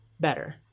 better